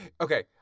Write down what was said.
Okay